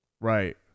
Right